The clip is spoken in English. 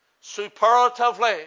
superlatively